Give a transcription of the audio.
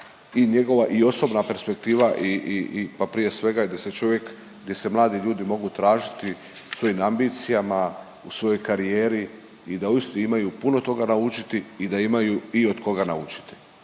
i njegova i osobna perspektiva i pa prije svega, da se čovjek, gdje se mladi ljudi mogu tražiti u svojim ambicijama, u svojoj karijeri i da uistinu imaju puno toga naučiti i da imaju i od koga naučiti.